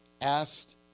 asked